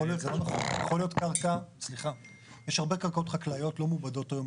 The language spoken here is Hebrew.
יש הרבה קרקעות חקלאיות לא מעובדות היום,